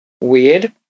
weird